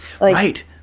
Right